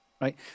right